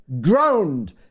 drowned